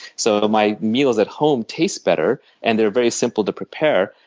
so my meals at home taste better and they're very simple to prepare.